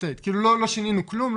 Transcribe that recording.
כאילו לא שינינו כלום,